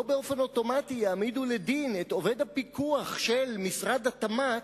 לא באופן אוטומטי יעמידו לדין את עובד הפיקוח של משרד התמ"ת,